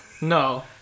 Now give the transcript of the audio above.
No